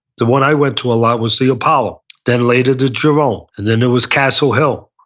the one i went to a lot was the apollo, then later the jerome. and then there was castle hill.